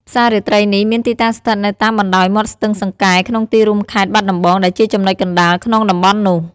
ផ្សាររាត្រីនេះមានទីតាំងស្ថិតនៅតាមបណ្តោយមាត់ស្ទឹងសង្កែ ក្នុងទីរួមខេត្តបាត់ដំបង ដែលជាចំណុចកណ្តាលក្នុងតំបន់នោះ។